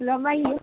रमाइलो